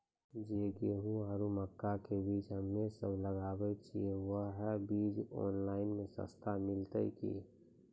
जे गेहूँ आरु मक्का के बीज हमे सब लगावे छिये वहा बीज ऑनलाइन मे सस्ता मिलते की?